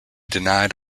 denied